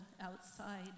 outside